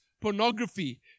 pornography